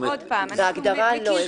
הגדרה לא.